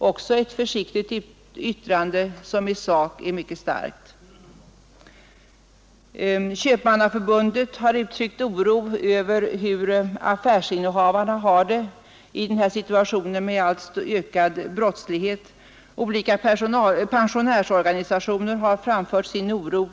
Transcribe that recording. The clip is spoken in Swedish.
Även det är ett försiktigt yttrande, som emellertid i sak är mycket starkt. Köpmannaförbundet har uttryckt oro över hur affärsinnehavarna har det i nuvarande situation med den ökade brottsligheten. Olika pensionärsorganisationer har också framfört sin oro,